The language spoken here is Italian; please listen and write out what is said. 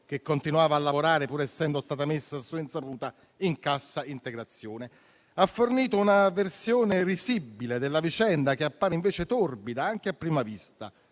che continuava a lavorare pur essendo stata messa, a sua insaputa, in cassa integrazione; ha fornito una versione risibile della vicenda, che appare invece torbida anche a prima vista,